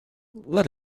let